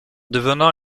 devenant